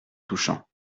touchant